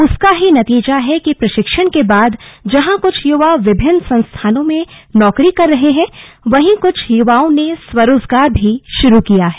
उसका ही नतीजा है कि प्रशिक्षण के बाद जहां कुछ युवा विभिन्न संस्थानों में नौकरी कर रहे हैं वहीं कुछ युवाओं ने स्वरोजगार भी शुरू किया है